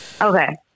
Okay